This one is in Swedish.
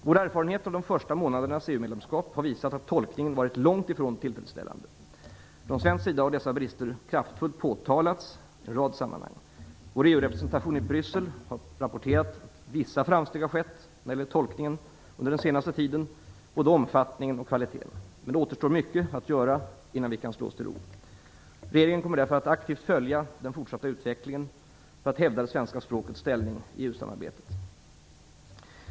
Vår erfarenhet av de första månadernas EU medlemskap har visat att tolkningen varit långtifrån tillfredsställande. Från svensk sida har dessa brister kraftfullt påtalats i en rad sammanhang. Vår EU-representation i Bryssel har rapporterat att vissa framsteg har skett när det gäller tolkningen under den senaste tiden i både omfattning och kvalitet. Men det återstår mycket att göra innan vi kan slå oss till ro. Regeringen kommer därför att aktivt följa den fortsatta utvecklingen för att hävda det svenska språkets ställning i EU-samarbetet.